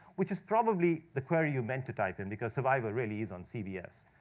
which is probably the query you meant to type in, because survivor really is on cbs.